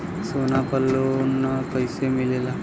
सोना पर loan कइसे मिलेला?